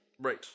right